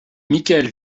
mikael